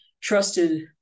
trusted